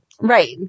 Right